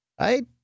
right